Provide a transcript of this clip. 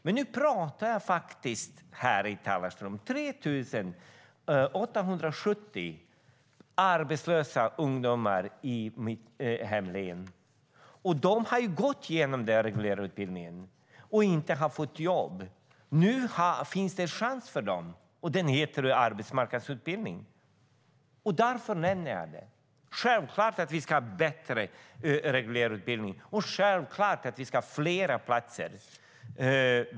Men nu talar jag här i talarstolen om 3 870 arbetslösa ungdomar i mitt hemlän. De har genomgått den reguljära utbildningen men har inte fått jobb. Nu finns det en chans för dem, och den heter arbetsmarknadsutbildning. Därför nämner jag den. Det är självklart att vi ska ha bättre reguljär utbildning, och det är självklart att vi ska ha fler platser.